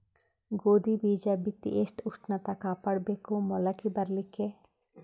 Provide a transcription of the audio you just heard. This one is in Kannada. ಗೋಧಿ ಬೀಜ ಬಿತ್ತಿ ಎಷ್ಟ ಉಷ್ಣತ ಕಾಪಾಡ ಬೇಕು ಮೊಲಕಿ ಬರಲಿಕ್ಕೆ?